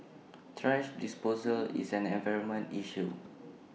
thrash disposal is an environmental issue